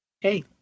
Hey